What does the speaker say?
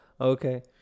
Okay